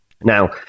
Now